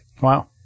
Wow